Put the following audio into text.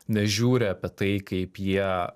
nežiūri apie tai kaip jie